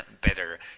better